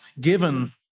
given